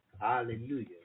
Hallelujah